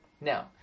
Now